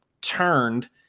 turned